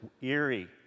eerie